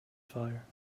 fire